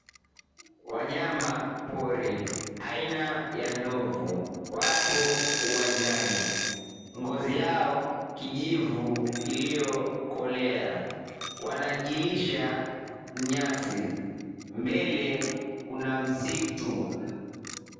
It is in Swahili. Wanyama pori aina ya ndovu wapo uwanjani, ngozi yao kijivu iliyokolea, wanajilisha nyasi, mbele kuna msitu.